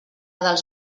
dels